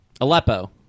Aleppo